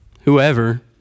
whoever